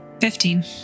Fifteen